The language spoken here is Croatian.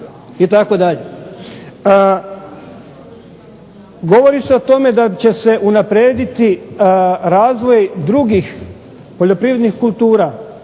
od nas itd. Govori se o tome da će se unaprijediti razvoj drugih poljoprivrednih kultura